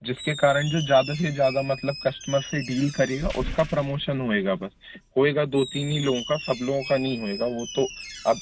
जिसके कारण जो ज़्यादा से ज़्यादा मतलब कस्टमर से डील करेगा उसका प्रमोशन होएगा बस होएगा दो तीन ही लोगों का सब लोगों का नहीं होएगा वो तो अब